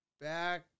back